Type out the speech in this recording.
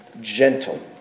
gentle